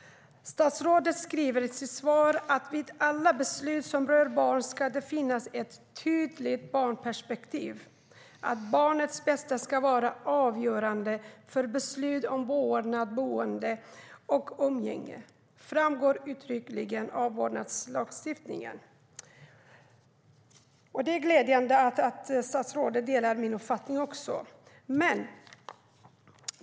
Statsrådet säger i sitt svar att det vid alla beslut som rör barn ska finnas ett tydligt barnperspektiv och att det framgår uttryckligen av vårdnadslagstiftningen att barnets bästa ska vara avgörande för beslut om vårdnad, boende och umgänge. Det är glädjande att statsrådet delar min uppfattning.